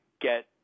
get